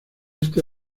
este